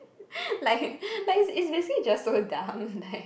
like like it's it's basically just so dumb like